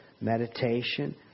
meditation